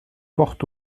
porte